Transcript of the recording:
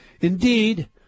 Indeed